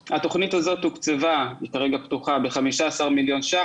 לא להסתכל רק על המספר 590,000 מובטלים בחודש מרץ,